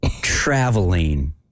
traveling